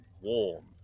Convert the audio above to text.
warm